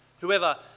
Whoever